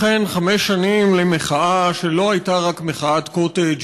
אכן חמש שנים למחאה שלא הייתה רק מחאת קוטג',